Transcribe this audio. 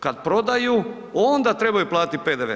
Kad prodaju onda trebaju platiti PDV.